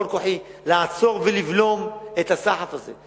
לעצור ולבלום את הסחף הזה.